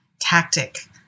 tactic